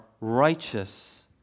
righteous